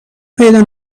پیدا